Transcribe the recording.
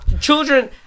Children